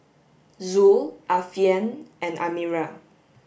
Zul Alfian and Amirah